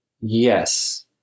yes